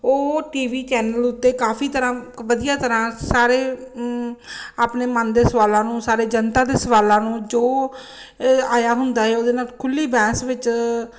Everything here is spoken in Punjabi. ਉਹ ਟੀ ਵੀ ਚੈਨਲ ਉੱਤੇ ਕਾਫੀ ਤਰ੍ਹਾਂ ਵਧੀਆ ਤਰ੍ਹਾਂ ਸਾਰੇ ਆਪਣੇ ਮਨ ਦੇ ਸਵਾਲਾਂ ਨੂੰ ਸਾਰੇ ਜਨਤਾ ਦੇ ਸਵਾਲਾਂ ਨੂੰ ਜੋ ਆਇਆ ਹੁੰਦਾ ਏ ਉਹਦੇ ਨਾਲ ਖੁੱਲ੍ਹੀ ਬਹਿਸ ਵਿੱਚ